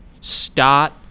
Start